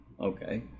Okay